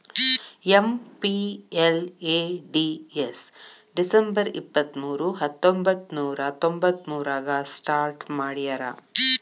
MPLADS December ಇಪ್ಪತ್ಮೂರು ಹತ್ತೊಂಬಂತ್ತನೂರ ತೊಂಬತ್ತಮೂರಾಗ ಸ್ಟಾರ್ಟ್ ಮಾಡ್ಯಾರ